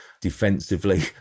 defensively